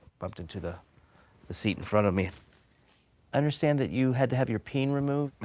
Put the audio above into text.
bumped into the seat in front of me. i understand that you had to have your peen removed.